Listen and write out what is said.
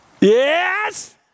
Yes